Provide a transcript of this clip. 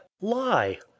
lie